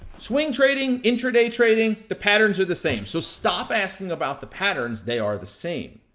swing trading, intra-day trading, the patterns are the same. so stop asking about the patterns, they are the same.